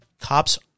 cops